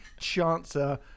chancer